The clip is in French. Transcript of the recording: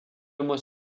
mois